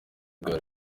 bwa